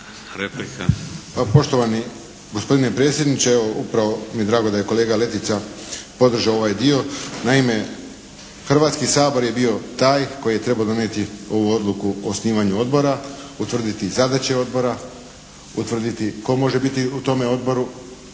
Pa poštovani gospodine predsjedniče, upravo mi je drago da je kolega Letica podržao ovaj dio. Naime, Hrvatski sabor je bio taj koji je trebao donijeti ovu odluku o osnivanju odbora, utvrditi zadaće odbora, utvrditi tko može biti u tom odboru